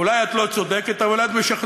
אולי את לא צודקת, אבל את משכנעת.